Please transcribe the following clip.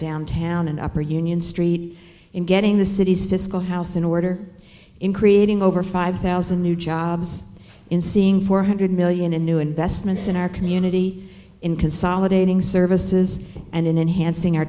downtown and upper union street in getting the city's fiscal house in order in creating over five thousand new jobs in seeing four hundred million in new investments in our community in consolidating services and in enhancing our